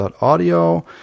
audio